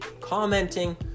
commenting